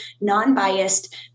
non-biased